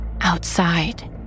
Outside